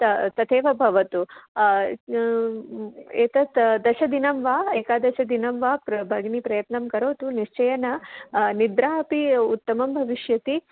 तत् तथैव भवतु एतत् दशदिनं वा एकादशदिनं वा प्र भगिनी प्रयत्नं करोतु निश्चयेन निद्रा अपि उत्तमं भविष्यति